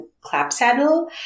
Clapsaddle